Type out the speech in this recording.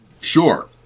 Sure